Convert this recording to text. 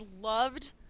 loved